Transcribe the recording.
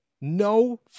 no